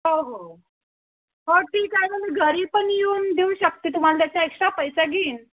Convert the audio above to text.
हो हो हो ठीक आहे ना मी घरी पण येऊन देऊ शकते तुम्हाला त्याच्या एक्स्ट्रा पैसा घेईन